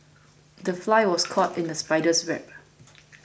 the fly was caught in the spider's web